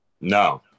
no